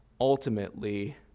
ultimately